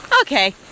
Okay